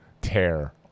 tear